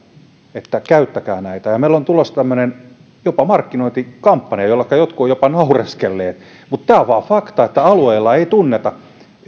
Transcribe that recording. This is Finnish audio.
että käyttäkää näitä meillä on tulossa jopa tämmöinen markkinointikampanja jolleka jotkut ovat jopa naureskelleet mutta tämä on vain faktaa että alueilla ei tunneta